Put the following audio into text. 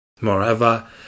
Moreover